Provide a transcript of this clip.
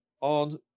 On